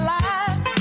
life